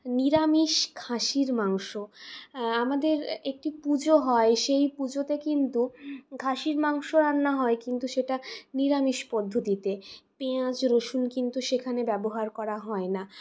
নিরামিষ খাসির মাংস আমাদের একটি পুজো হয় সেই পুজোতে কিন্তু খাসির মাংস রান্না হয় কিন্তু সেটা নিরামিষ পদ্ধতিতে পেঁয়াজ রসুন কিন্তু সেখানে ব্যবহার করা হয় না